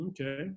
Okay